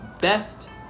best